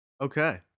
Okay